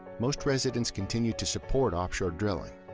most residents continued to support offshore drilling.